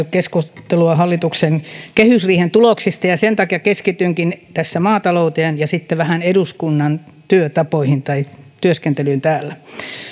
keskustelua hallituksen kehysriihen tuloksista ja sen takia keskitynkin tässä maatalouteen ja sitten vähän eduskunnan työtapoihin tai työskentelyyn täällä